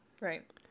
Right